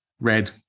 red